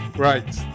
Right